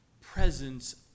presence